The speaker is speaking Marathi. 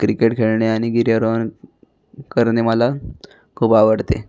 क्रिकेट खेळणे आणि गिर्यारोहण करणे मला खूप आवडते